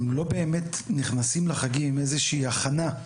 הם לא באמת נכנסים לחגים עם איזושהי הכנה,